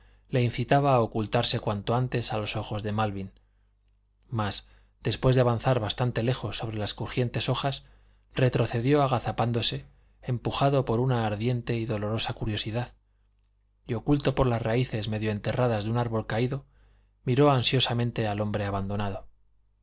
le incitaba a ocultarse cuanto antes a los ojos de malvin mas después de avanzar bastante lejos sobre las crujientes hojas retrocedió agazapándose empujado por una ardiente y dolorosa curiosidad y oculto por las raíces medio enterradas de un árbol caído miró ansiosamente al hombre abandonado